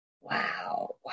Wow